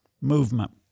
movement